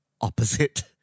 opposite